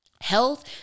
Health